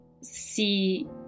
see